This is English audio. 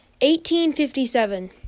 1857